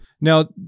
Now